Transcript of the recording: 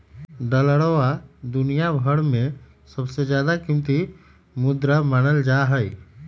डालरवा दुनिया भर में सबसे ज्यादा कीमती मुद्रा मानल जाहई